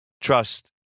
trust